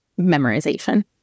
memorization